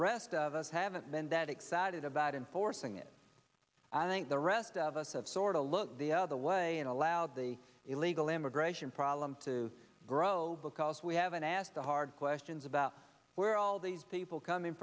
rest of us haven't been that excited about enforcing it i think the rest of us have sorta looked the other way and allowed the illegal immigration problem to grow because we haven't asked the hard questions about where all these people coming